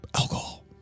alcohol